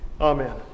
Amen